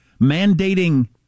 Mandating